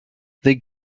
they